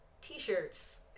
t-shirts